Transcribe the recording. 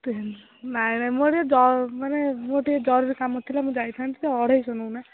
ନାଇଁ ନାଇଁ ମୋର ମୁଁ ଟିକିଏ ଜ ମାନେ ମୋର ଟିକିଏ ଜରୁରୀ କାମ ଥିଲା ମୁଁ ଟିକିଏ ଯାଇଥାନ୍ତି ତ ଟିକିଏ ଅଢ଼େଇଶହ ନେଉନା